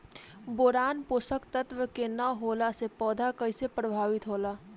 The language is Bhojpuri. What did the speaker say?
बोरान पोषक तत्व के न होला से पौधा कईसे प्रभावित होला?